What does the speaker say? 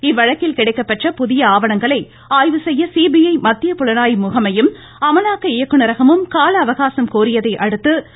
இவ்வழக்கில் கிடைக்கப்பெற்ற புதிய ஆவணங்களை ஆய்வு செய்ய சிபிஐ மத்திய புலனாய்வு முகமையும் அமலாக்க இயக்குனரகமும் கால அவகாசம் கோரியதை அடுத்து சிறப்பு நீதிபதி ஒ